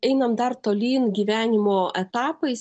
einam dar tolyn gyvenimo etapais